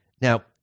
Now